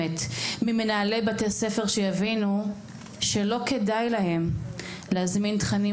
מנהלי בתי ספר שיבינו שלא כדאי להם להזמין תכנים